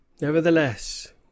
Nevertheless